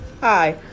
hi